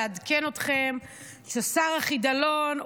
לעדכן אתכם ששר החידלון,